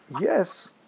Yes